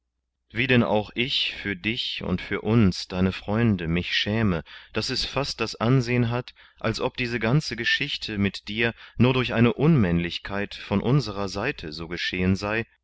wie denn auch ich für dich und für uns deine freunde mich schäme daß es fast das ansehn hat als ob diese ganze geschichte mit dir nur durch eine unmännlichkeit von unserer seite so geschehen sei